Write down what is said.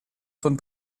von